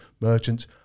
merchants